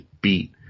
beat